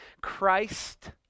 Christ